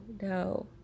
no